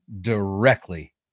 directly